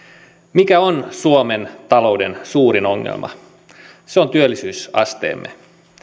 mikä on suomen talouden suurin ongelma se on työllisyysasteemme